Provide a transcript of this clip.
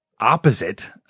opposite